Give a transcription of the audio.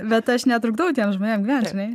bet aš netrukdau tiem žmonėm gyvent žinai